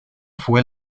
fue